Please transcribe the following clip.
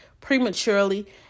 prematurely